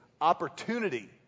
opportunity